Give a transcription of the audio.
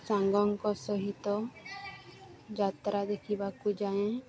ସାଙ୍ଗଙ୍କ ସହିତ ଯାତ୍ରା ଦେଖିବାକୁ ଯାଏଁ